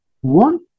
One